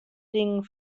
dingen